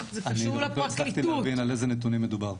זה קשור לפרקליטות אני עוד לא הצלחתי להבין על איזה נתונים מדובר.